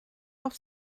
auf